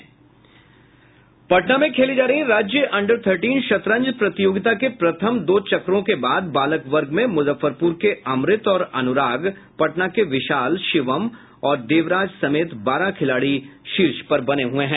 पटना में खेली जा रही राज्य अंडर थर्टीन शतरंज प्रतियोगिता के प्रथम दो चक्रों के बाद बालक वर्ग में मुजफ्फरपूर के अमृत और अनुराग पटना के विशाल शिवम और देवराज समेत बारह खिलाड़ी शीर्ष पर हैं